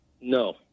No